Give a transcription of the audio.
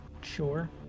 Sure